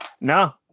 No